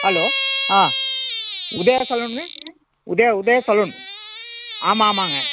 hello ஆ உதயா சலூன்க Udaya Udaya saloon ஆமாம் ஆமாங்க